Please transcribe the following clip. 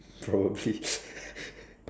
probably